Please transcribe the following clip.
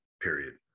Period